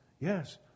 yes